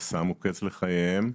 ששמו קץ לחייהן.